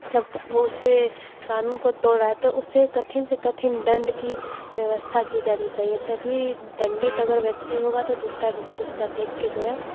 मतलब क वो उसे कानून को तोड़ा है तो उसे कठिन से कठिन दंड की व्यवस्था की जानी चाहिए तभी दंडित अगर व्यक्ति होगा तो दूसरा व्यक्ति उसका देख के जो है